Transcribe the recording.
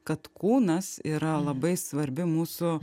kad kūnas yra labai svarbi mūsų